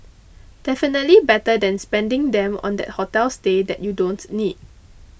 definitely better than spending them on that hotel stay that you don't need